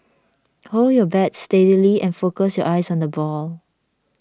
hold your bat steady and focus your eyes on the ball